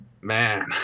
man